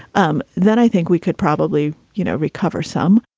um then i think we could probably, you know, recover some.